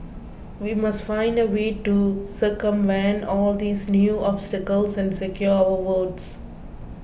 we must find a way to circumvent all these new obstacles and secure our votes